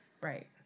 Right